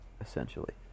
essentially